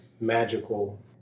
magical